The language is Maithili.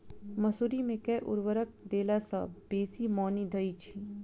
मसूरी मे केँ उर्वरक देला सऽ बेसी मॉनी दइ छै?